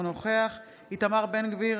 אינו נוכח איתמר בן גביר,